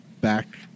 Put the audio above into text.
back